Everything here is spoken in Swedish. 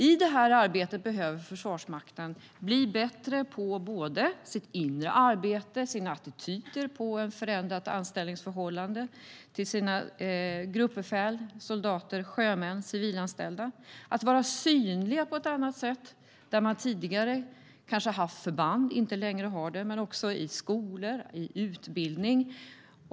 I arbetet behöver Försvarsmakten bli bättre på sitt inre arbete, sina attityder till förändrade anställningsförhållanden för sina gruppbefäl, soldater, sjömän och civilanställda, att vara synlig på annat sätt där man tidigare har haft förband men inte längre har det och även i skolor och utbildning.